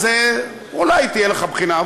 אז אולי תהיה לך בחינה,